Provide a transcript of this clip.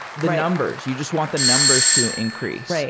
the numbers. you just want the numbers to increase.